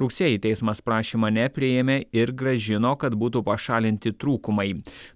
rugsėjį teismas prašymą nepriėmė ir grąžino kad būtų pašalinti trūkumai